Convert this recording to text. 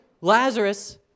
Lazarus